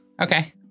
okay